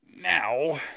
Now